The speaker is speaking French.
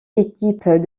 équipes